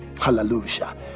Hallelujah